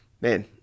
man